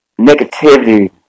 negativity